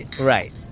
right